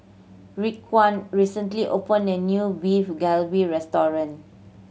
Raekwon recently opened a new Beef Galbi Restaurant